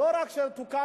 לא רק שתוקם,